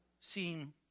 seem